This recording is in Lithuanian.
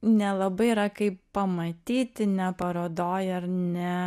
nelabai yra kaip pamatyti ne parodoj ar ne